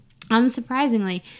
Unsurprisingly